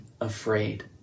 afraid